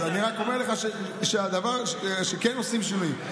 אז אני רק אומר לך שכן עושים שינויים.